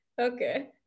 okay